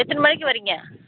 எத்தனை மணிக்கு வர்றீங்க